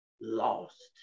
lost